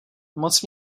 moc